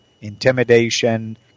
intimidation